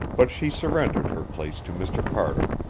but she surrendered her place to mr. carter,